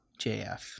JF